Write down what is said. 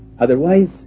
otherwise